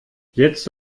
jetzt